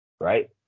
Right